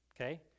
okay